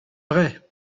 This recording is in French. vrai